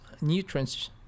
nutrients